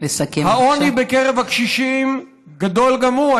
העוני בקרב הקשישים גדול גם הוא.